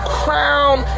crown